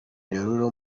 derulo